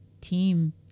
team